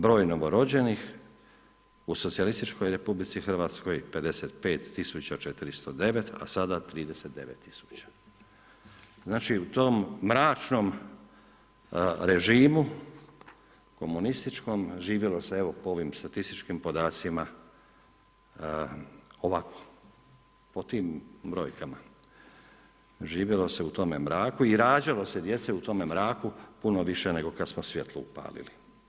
Broj novorođenih u SRH 55.409, a sada 39.000, znači u tom mračnom režimu komunističkom živjelo se po ovim statističkim podacima ovako, po tim brojkama živjelo se u tome mraku i rađalo se djece u tome mraku puno više nego kada smo svjetlo upalili.